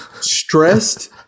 stressed